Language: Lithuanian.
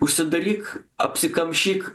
užsidaryk apsikamšyk